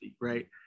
right